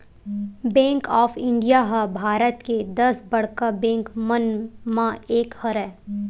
bank of India ह भारत के दस बड़का बेंक मन म एक हरय